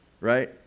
right